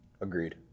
agreed